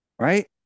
Right